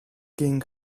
king